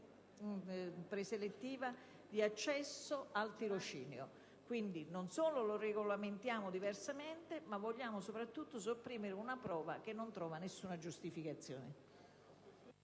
preselettiva di accesso al tirocinio. Non solo lo regolamentiamo diversamente, ma vogliamo soprattutto sopprimere una prova che non trova nessuna giustificazione.